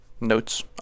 notes